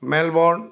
Melbourne